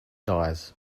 dies